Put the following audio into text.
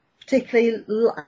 particularly